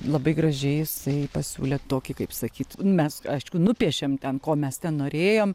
labai gražiai jisai pasiūlė tokį kaip sakyt mes aišku nupiešėm ant ko mes ten norėjom